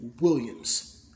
Williams